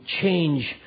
change